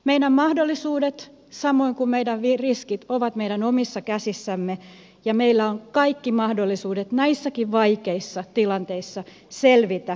meidän mahdollisuudet samoin kuin meidän riskit ovat meidän omissa käsissämme ja meillä on kaikki mahdollisuudet näissäkin vaikeissa tilanteissa selvitä